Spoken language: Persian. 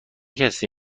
کسی